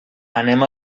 anem